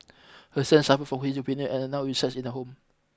her son suffer from schizophrenia and now resides in the home